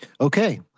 Okay